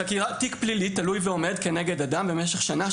חקירת תיק פלילי תלוי ועומד נגד אדם למשך שנה,